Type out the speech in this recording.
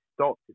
stopped